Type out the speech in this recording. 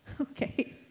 Okay